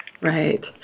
Right